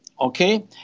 okay